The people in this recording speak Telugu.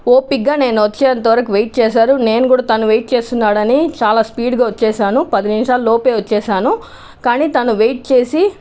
ఓపిగ్గా నేను వచ్చే అంత వరకు వెయిట్ చేసారు నేను కూడా తను వెయిట్ చేస్తున్నాడు అని చాలా స్పీడ్గా వచ్చేసాను పది నిమిషాలలోపే వచ్చేసాను కానీ తను వెయిట్ చేసి